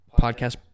Podcast